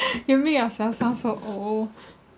you make yourself sound so old